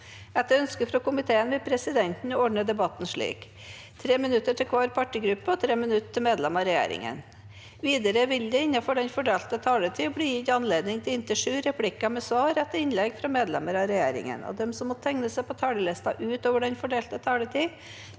og omsorgskomiteen vil presidenten ordne debatten slik: 3 minutter til hver partigruppe og 3 minutter til medlemmer av regjeringen. Videre vil det – innenfor den fordelte taletid – bli gitt anledning til inntil sju replikker med svar etter innlegg fra medlemmer av regjeringen, og de som måtte tegne seg på talerlisten utover den fordelte taletid,